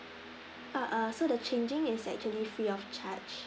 err err so the changing is actually free of charge